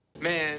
Man